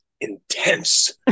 intense